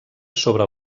sobre